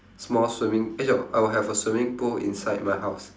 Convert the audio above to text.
small swimming eh no I would have a swimming pool inside my house